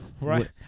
Right